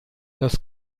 das